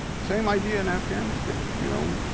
same idea in afghanistan. you know